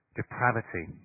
depravity